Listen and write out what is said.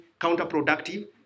counterproductive